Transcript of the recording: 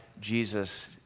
Jesus